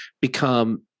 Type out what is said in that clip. become